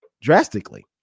drastically